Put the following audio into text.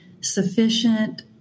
sufficient